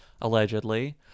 allegedly